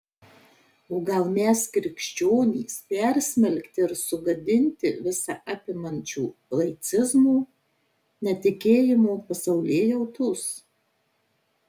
o gal mes krikščionys persmelkti ir sugadinti visa apimančio laicizmo netikėjimo pasaulėjautos